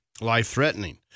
life-threatening